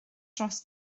dros